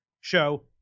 show